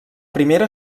primera